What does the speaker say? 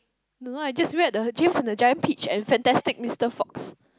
don't know I just read the James-and-the-Giant-Peach and Fantastic-Mister-Fox